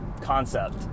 concept